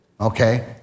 okay